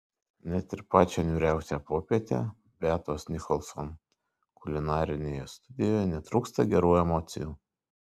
net ir pačią niūriausią popietę beatos nicholson kulinarinėje studijoje netrūksta gerų emocijų